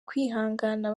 kwihangana